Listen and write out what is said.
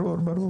ברור, ברור.